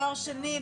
בתואר שני,